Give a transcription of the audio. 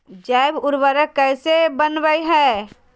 जैव उर्वरक कैसे वनवय हैय?